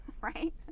Right